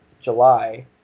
July